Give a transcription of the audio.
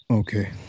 okay